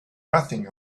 nothing